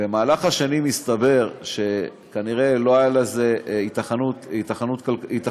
במהלך השנים התברר שכנראה לא הייתה לזה היתכנות כלכלית,